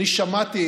אני שמעתי